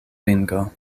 ringo